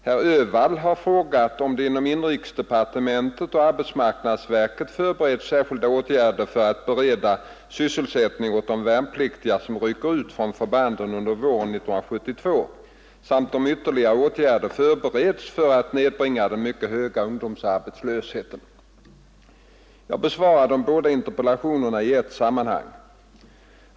Herr Öhvall har frågat om det inom inrikesdepartementet och arbetsmarknadsverket förbereds särskilda åtgärder för att bereda sysselsättning åt de värnpliktiga som rycker ut från förbanden under våren 1972 samt om ytterligare åtgärder förbereds för att nedbringa den mycket höga ungdomsarbetslösheten. Jag besvarar de båda interpellationerna i ett sammanhang.